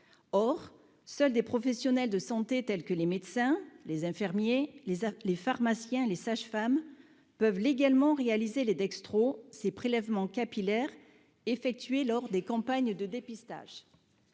or seuls des professionnels de santé, tels que les médecins, les infirmiers, les armes, les pharmaciens et les sages-femmes peuvent légalement réalisé les dextro, ces prélèvements capillaires effectués lors des campagnes de dépistage,